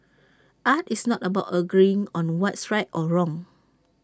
art is not about agreeing on what's right or wrong